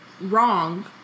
wrong